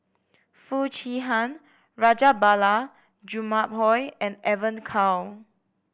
Foo Chee Han Rajabali Jumabhoy and Evon Kow